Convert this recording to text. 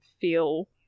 feel